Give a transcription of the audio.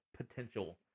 potential